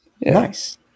Nice